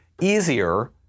easier